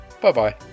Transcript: bye-bye